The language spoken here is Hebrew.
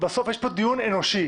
בסוף יש פה דיון אנושי,